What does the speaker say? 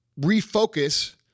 refocus